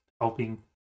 helping